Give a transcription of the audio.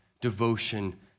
devotion